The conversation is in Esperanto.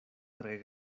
tre